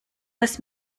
was